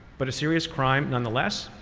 but a serious crime nonetheless.